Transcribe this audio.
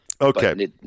Okay